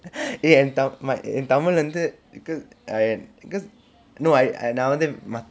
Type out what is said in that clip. eh என் தம்:en tam my tamil வந்து:vanthu because my because no I ah நான் வந்து:naan vanthu